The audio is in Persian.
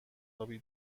آبی